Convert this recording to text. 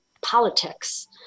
politics